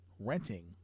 renting